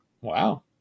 Wow